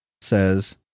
says